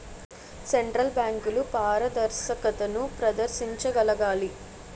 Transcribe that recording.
central బ్యాంకులు పారదర్శకతను ప్రదర్శించగలగాలి